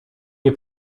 nie